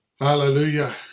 Hallelujah